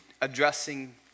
addressing